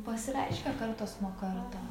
pasireiškia kartas nuo karto